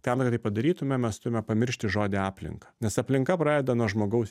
tam kad tai padarytume mes turime pamiršti žodį aplinka nes aplinka pradeda nuo žmogaus